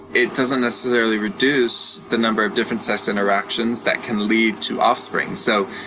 it doesn't necessarily reduce the number of different sex interactions that can lead to offspring. so,